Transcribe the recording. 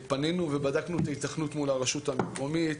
פנינו ובדקנו את ההיתכנות מול הרשות המקומית.